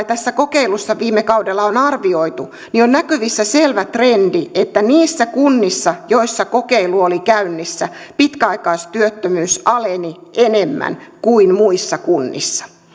tässä kokeilussa viime kaudella on arvioitu niin on näkyvissä selvä trendi että niissä kunnissa joissa kokeilu oli käynnissä pitkäaikaistyöttömyys aleni enemmän kuin muissa kunnissa